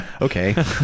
okay